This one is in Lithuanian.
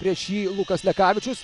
prieš jį lukas lekavičius